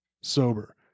sober